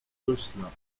gosselin